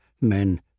men